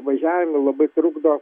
važiavimui labai trukdo